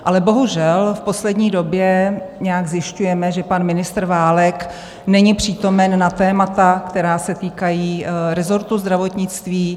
Ale bohužel v poslední době nějak zjišťujeme, že pan ministr Válek není přítomen na témata, která se týkají rezortu zdravotnictví.